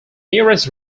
nearest